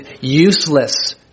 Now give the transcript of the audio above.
useless